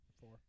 Four